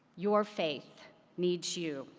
your faith needs you.